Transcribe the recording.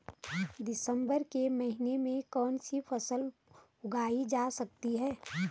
दिसम्बर के महीने में कौन सी फसल उगाई जा सकती है?